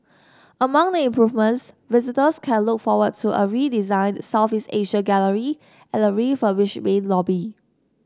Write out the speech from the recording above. among the improvements visitors can look forward to a redesigned Southeast Asia gallery and a refurbished main lobby